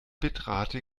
bitrate